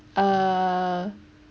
err